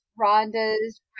Rhonda's